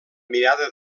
mirada